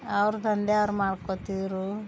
ಅವರ ದಂಧೆ ಅವ್ರು ಮಾಡ್ಕೋತಿರು